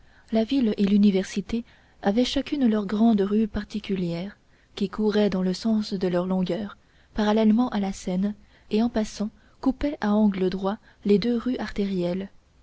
la ville et l'université avaient chacune leur grande rue particulière qui courait dans le sens de leur longueur parallèlement à la seine et en passant coupait à angle droit les deux rues artérielles